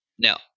Now